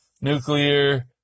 nuclear